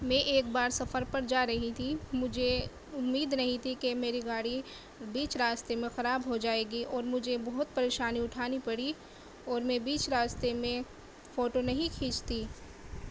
میں ایک بار سفر پر جا رہی تھی مجھے امید نہیں تھی کہ میری گاڑی بیچ راستے میں خراب ہو جائے گی اور مجھے بہت پریشانی اٹھانی پڑی اور میں بیچ راستے میں فوٹو نہیں کھینچتی